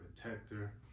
protector